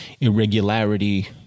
irregularity